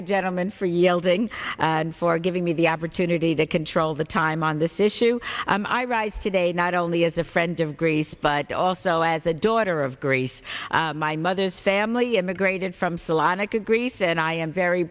the gentleman for yielding and for giving me the opportunity to control the time on this issue i rise today not only as a friend of grace but also as a daughter of grace my mother's family immigrated from salonica greece and i am very